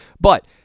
But-